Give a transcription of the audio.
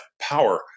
power